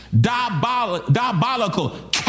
diabolical